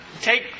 take